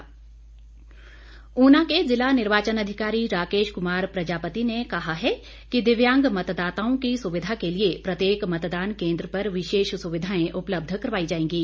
ऊना मंडी चुनाव ऊना के जिला निर्वाचन अधिकारी राकेश कुमार प्रजापति ने कहा कि दिव्यांग मतदाताओं की सुविधा के लिए प्रत्येक मतदान केंद्र पर विशेष सुविधाएं उपलब्ध करवाई जाएंगी